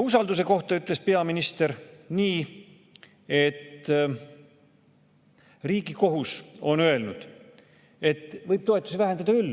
Usalduse kohta ütles peaminister nii, et Riigikohus on öelnud, et võib toetusi vähendada küll,